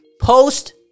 post